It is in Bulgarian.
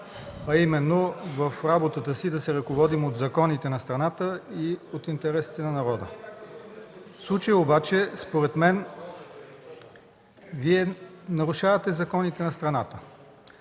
а именно: „В работата си да се ръководим от законите на страната и от интересите на народа”. В случая обаче, според мен, Вие нарушавате законите на страната,